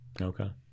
okay